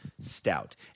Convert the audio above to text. stout